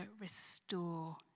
restore